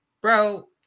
Bro